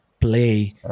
play